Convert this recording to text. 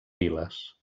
viles